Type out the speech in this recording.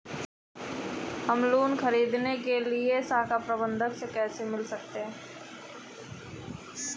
हम लोन ख़रीदने के लिए शाखा प्रबंधक से कैसे मिल सकते हैं?